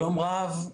שלום רב.